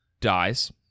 dies